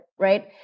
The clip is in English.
right